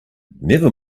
never